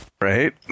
right